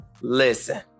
Listen